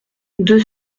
deux